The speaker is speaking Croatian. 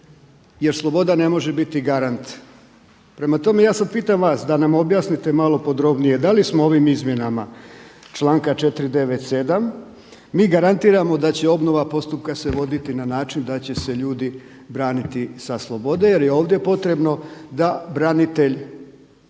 jer sloboda ne može biti garant. Prema tome, ja sad pitam vas da nam objasnite malo podrobnije da li smo ovim izmjenama članka 497. mi garantiramo da će obnova postupka se voditi na način da će se ljudi braniti sa slobode jer je ovdje potrebno da branitelj